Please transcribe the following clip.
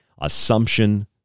assumption